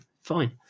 fine